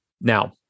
now